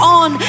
on